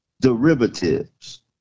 derivatives